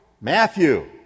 Matthew